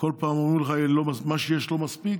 כל פעם אומרים לך: מה שיש לא מספיק.